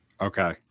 Okay